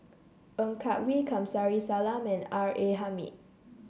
Ng Yak Whee Kamsari Salam and R A Hamid